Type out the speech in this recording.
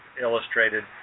illustrated